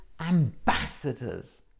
ambassadors